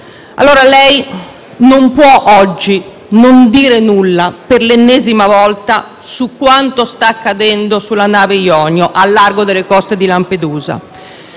oggi non può non dire nulla, per l'ennesima volta, su quanto sta accadendo sulla nave Ionio al largo delle coste di Lampedusa.